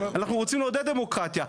אנחנו רוצים לעודד דמוקרטיה.